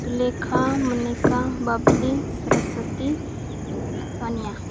Sulekha Monika Babli Saraswati Sonia